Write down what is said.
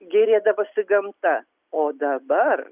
gėrėdavosi gamta o dabar